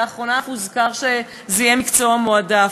ולאחרונה אף הוזכר שזה יהיה מקצוע מועדף.